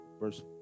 verse